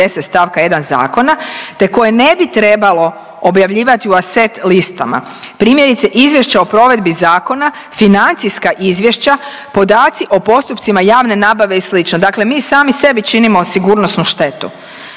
stavka 1. zakona, te koje ne bi trebalo objavljivati u aset listama primjerice izvješće o provedbi zakona, financijska izvješća, podaci o postupcima javne nabave i slično. Dakle, mi sami sebi činimo sigurnosnu štetu.